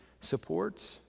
supports